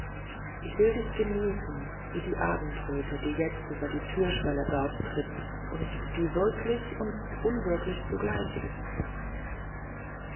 ich will dich genießen wie die abendröte die jetzt über die türschwelle dort tritt und die wirklich und unwirklich ist